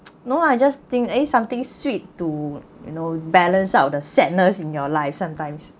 no I just think eh something sweet to you know balance out the sadness in your life sometimes